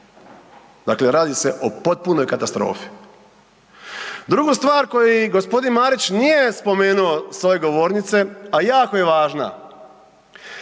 Dakle radi se o potpunoj katastrofi. Drugu stvar koju g. Marić nije spomenuo s ove govornice a jako je važna